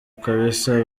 kabisa